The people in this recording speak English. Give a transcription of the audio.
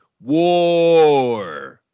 War